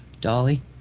Dolly